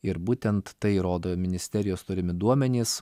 ir būtent tai rodo ministerijos turimi duomenys